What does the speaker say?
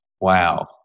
Wow